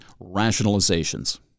rationalizations